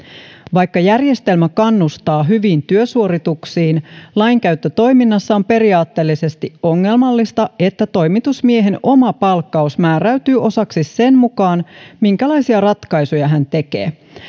vaikka järjestelmä kannustaa hyviin työsuorituksiin lainkäyttötoiminnassa on periaatteellisesti ongelmallista että toimitusmiehen oma palkkaus määräytyy osaksi sen mukaan minkälaisia ratkaisuja hän tekee